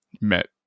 met